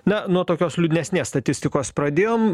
na nuo tokios liūdnesnės statistikos pradėjom